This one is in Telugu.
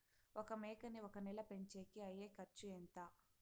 ఒక మేకని ఒక నెల పెంచేకి అయ్యే ఖర్చు ఎంత?